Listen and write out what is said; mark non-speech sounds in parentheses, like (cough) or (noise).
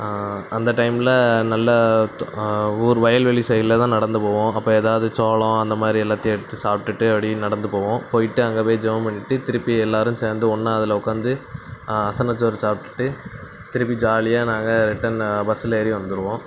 அந்த டைமில் நல்ல தொ ஊர் வயல்வெளி சைடில் தான் நடந்து போவோம் அப்போ ஏதாவது சோளம் அந்தமாதிரி எல்லாத்தையும் எடுத்து சாப்பிட்டுட்டு அப்படியே நடந்துபோவோம் போயிட்டு அங்கே போய் ஜபம் பண்ணிவிட்டு திருப்பி எல்லோரும் சேர்ந்து ஒன்றா அதில் உக்கார்ந்து (unintelligible) சோறு சாப்பிடுட்டு திருப்பி ஜாலியாக நாங்கள் ரிட்டன் பஸ்ஸில் ஏறி வந்துடுவோம்